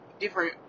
different